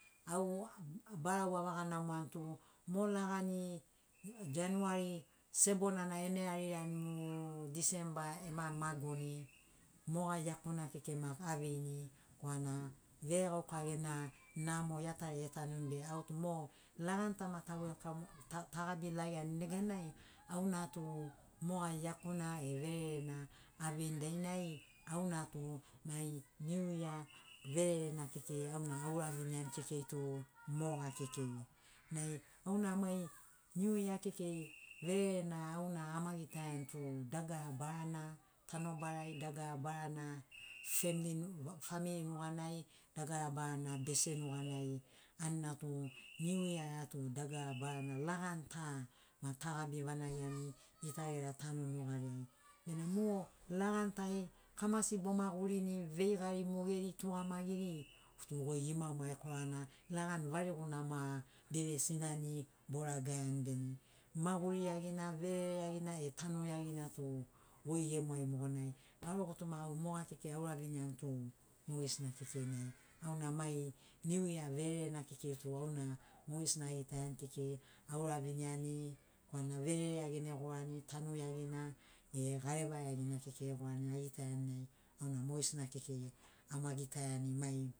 Au barau avaga namo ani tu mo lagani jenuari sebona na enarirani mu disemba ema magoni moga iakuna kekei maki aveini korana veregauka gena namo iatariai etanuni be au tu mo lagani ta ma ta welkam ta gabi lageani neganai auna tu moga iakuna e vererena aveini dainai auna tu mai niu ya vererena kekei tu moga kekei nai auna mai niu ya kekei vererena auna ama gitaiani tu dagara barana tanobarai dagara barana famiri nuganai dagara barana bese nuganai anina tu niu ya tu dagara barana lagani ta ma tagabi vanagiani gita gera tanu nugariai bena mo lagani tai kamasi bomagurini veigari mogeri tugamagiri tu goi gimamu ai korana lagani variguna ma beve sinani boragaiani bene maguri iagina verere iagina e tanu iagina tu goi gemu ai mogo nai garo gutuma au moga kekei aura viniani tu mogesina kekei nai auna mai niu ya vererena kekei tu auna mogesina agitaiani kekei auraviniani korana verere iagina egorani tanu iagina e gareva iagina kekei egorani agitaiani auna mogesina kekei ama gitaiani mai